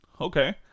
Okay